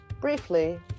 Briefly